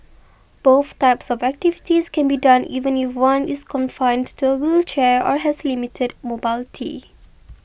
both types of activities can be done even if one is confined to a wheelchair or has limited mobility